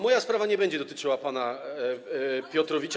Moja sprawa nie będzie dotyczyła pana Piotrowicza.